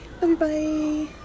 bye-bye